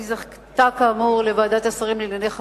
היא זכתה כאמור לתמיכת ועדת השרים לענייני חקיקה,